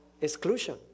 exclusion